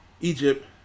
Egypt